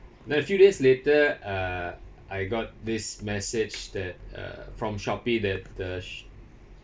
then a few days later uh I got this message that uh from Shopee that the sh~